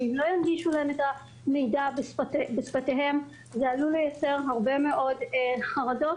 אם לא ינגישו להם את המידע בשפותיהם זה עלול לייצר הרבה מאוד חרדות,